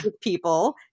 people